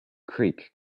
creek